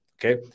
Okay